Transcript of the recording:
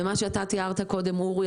ומה שאתה תיארת קודם אורי,